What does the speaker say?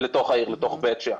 העיר בית שאן.